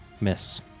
Miss